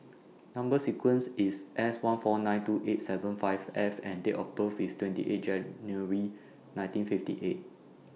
Number sequence IS S one four nine two eight seven five F and Date of birth IS twenty eight January nineteen fifty eight